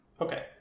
Okay